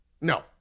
No